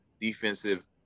defensive